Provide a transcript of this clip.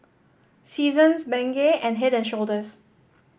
Seasons Bengay and Head And Shoulders